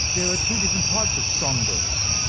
there are two different types of songbirds.